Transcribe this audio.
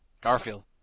Garfield